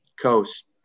Coast